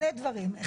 אחד,